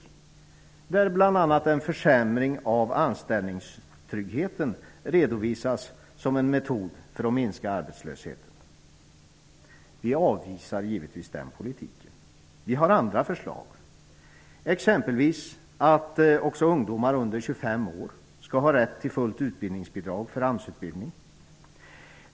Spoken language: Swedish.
I den redovisas bl.a. en försämring av anställningstryggheten som en metod för att minska arbetslösheten. Vi avvisar givetvis den politiken. Vi har andra förslag, exempelvis att också ungdomar under 25 år skall ha rätt till fullt utbildningsbidrag för AMS-utbildning.